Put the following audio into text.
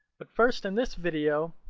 but first in this video,